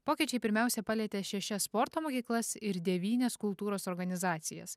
pokyčiai pirmiausia palietė šešias sporto mokyklas ir devynias kultūros organizacijas